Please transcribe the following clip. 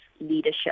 leadership